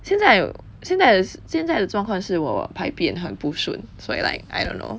现在现在现在的状况是我排便很不顺所以 like I don't know